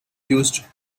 used